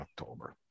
October